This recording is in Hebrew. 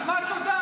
על מה תודה?